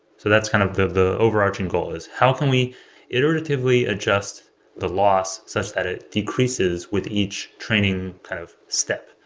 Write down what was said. so that's kind of the the overarching goal is how can we iteratively adjust the loss, such that it decreases with each training kind of step?